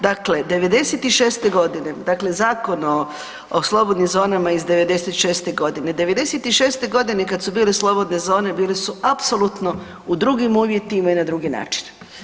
Dakle, '96. g., dakle Zakon o slobodnim zonama iz '96. g., '96. g. kad su bile slobodne zone, bile su apsolutno u drugim uvjetima i na drugi način.